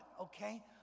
Okay